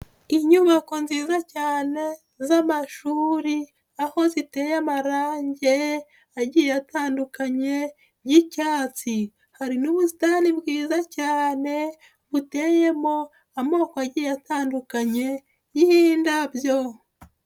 Inyubako nziza cyane z'amashuriri aho ziteye amarange agiye atandukanye y'icyatsi, hari n'ubusitani bwiza cyane buteyemo amoko agiye atandukanye y'indabyo.